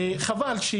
וחבל לי כל כך.